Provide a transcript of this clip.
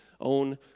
own